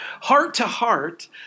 heart-to-heart